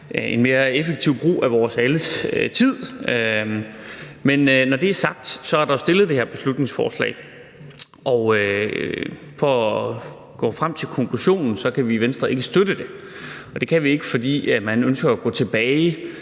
en mere effektiv brug af vores alles tid. Men når det er sagt, er der fremsat det her beslutningsforslag, som vi – for at gå frem til konklusionen – ikke kan støtte i Venstre. Det kan vi ikke, fordi man ønsker at gå tilbage